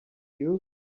you